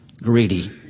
greedy